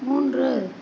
மூன்று